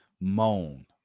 Moan